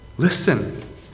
Listen